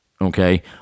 okay